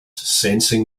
sensing